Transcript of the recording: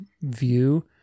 view